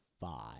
five